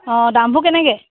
অ' দামবোৰ কেনেকৈ